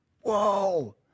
Whoa